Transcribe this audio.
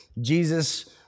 Jesus